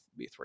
B3